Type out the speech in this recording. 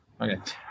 Okay